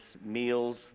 meals